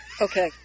Okay